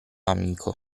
amico